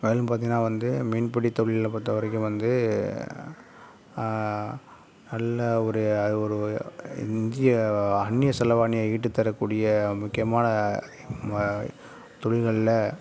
அதுலேயும் பார்த்தீங்கன்னா வந்து மீன் பிடித் தொழிலை பொறுத்தவரைக்கும் வந்து பார்த்தீங்கன்னா வந்து நல்ல ஒரு அது ஒரு இந்திய அந்நிய செலவாணியை ஈட்டிதரக்கூடிய முக்கியமான தொழில்களில்